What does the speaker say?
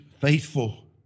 faithful